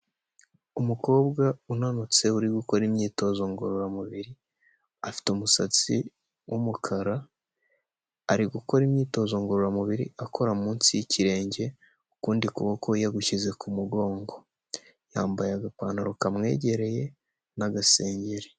Umukobwa unanutse uri gukora imyitozo ngororamubiri, afite umusatsi w'umukara ari gukora imyitozo ngororamubiri akora munsi y'ikirenge ukundi kuboko yagushyize ku mugongo, yambaye agapantaro kamwegereye n'agasengeri.